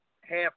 half